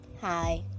Hi